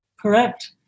Correct